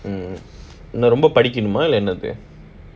mm ரொம்ப படிக்கணுமா என்னது:romba padikkanumaa ennathu